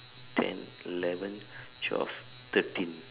ten eleven twelve thirteen